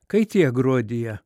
kai tiek gruodyje